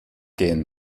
gehen